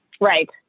Right